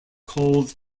called